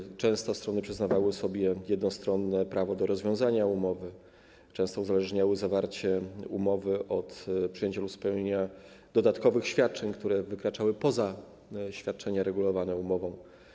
Strony często przyznawały sobie jednostronne prawo do rozwiązania umowy, często uzależniały zawarcie umowy od przyjęcia lub spełnienia dodatkowych świadczeń, które wykraczały poza zakres regulowany umową.